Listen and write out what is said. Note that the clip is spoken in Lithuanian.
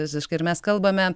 visiškai ir mes kalbame